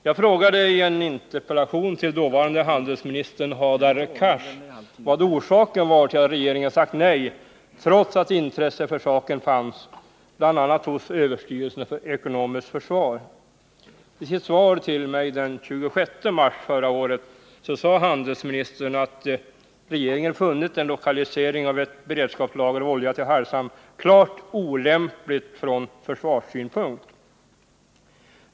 Jag frågade i en interpellation till dåvarande handelsministern Hadar Cars vilken orsaken var till att regeringen sagt nej, trots att intresse för saken fanns bl.a. hos överstyrelsen för ekonomiskt försvar. I sitt svar till mig den 26 mars förra året sade handelsministern att regeringen funnit en lokalisering av ett beredskapslager av olja till Hargshamn klart olämplig från försvarssynpunkt.